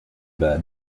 bed